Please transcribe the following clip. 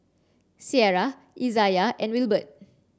Sierra Izayah and Wilbert